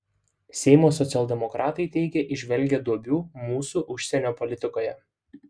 seimo socialdemokratai teigia įžvelgią duobių mūsų užsienio politikoje